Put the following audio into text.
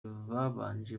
babanje